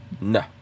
No